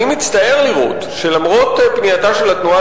אני מצטער לראות שלמרות פנייתה של התנועה